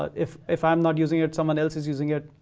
but if if i'm not using it, someone else is using it.